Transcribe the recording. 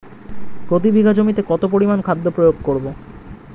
প্রতি বিঘা জমিতে কত পরিমান খাদ্য প্রয়োগ করব?